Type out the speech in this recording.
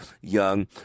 young